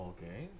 Okay